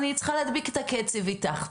אני צריכה להדביק את הקצב איתך,